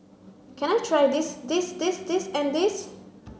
can I try this this this this and this